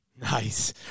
Nice